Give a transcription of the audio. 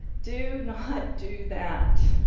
do not do that.